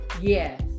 Yes